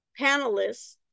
panelists